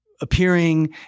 appearing